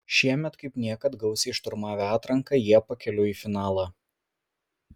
šiemet kaip niekad gausiai šturmavę atranką jie pakeliui į finalą